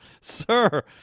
sir